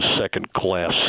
second-class